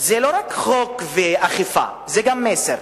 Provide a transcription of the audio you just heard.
זה לא רק חוק ואכיפה, זה גם מסר.